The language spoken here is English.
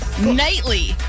nightly